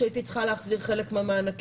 כשהייתי צריכה להחזיר חלק מהמענקים